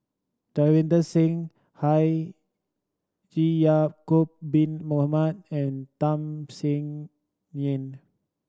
Davinder Singh Ya'acob Bin Mohamed and Tham Sien Yen